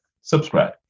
Subscribe